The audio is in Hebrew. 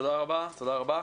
תודה רבה.